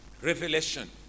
Revelation